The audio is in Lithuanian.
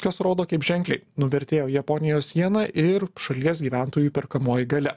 kas rodo kaip ženkliai nuvertėjo japonijos jena ir šalies gyventojų perkamoji galia